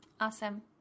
Awesome